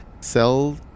sell